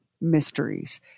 mysteries